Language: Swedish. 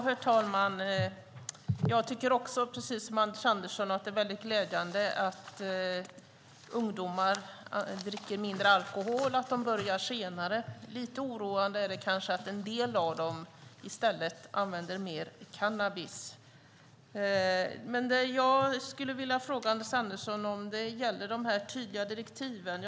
Herr talman! Även jag tycker, precis som Anders Andersson, att det är glädjande att ungdomar dricker mindre alkohol och börjar senare. Lite oroande är det kanske att en del av dem i stället använder mer cannabis. Det jag skulle vilja fråga Anders Andersson om gällde de tydliga direktiven.